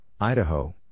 Idaho